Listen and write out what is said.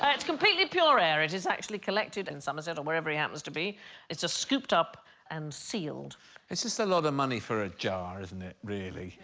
ah it's completely pure air it is actually collected in somerset or wherever he happens to be it's just scooped up and sealed it's just a lot of money for a jar. isn't it? really?